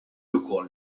ukoll